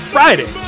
Friday